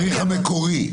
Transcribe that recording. התאריך המקורי.